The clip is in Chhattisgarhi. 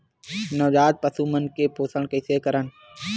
नवजात पशु मन के पोषण कइसे करन?